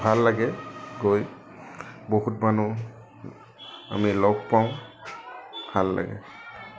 ভাল লাগে গৈ বহুত মানুহ আমি লগ পাওঁ ভাল লাগে